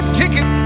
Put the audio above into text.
ticket